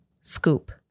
Scoop